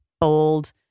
bold